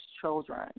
children